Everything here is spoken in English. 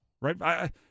right